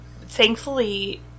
Thankfully